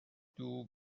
دوگ